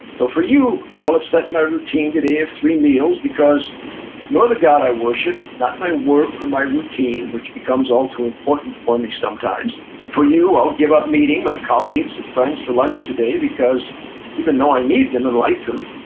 so for you, i will upset my routine today of three meals because you're the god i worship, not my work or my routine which becomes all to important for me sometimes for you, i'll give up meeting meeting my colleagues and friends for lunch today because even though i need them and like them,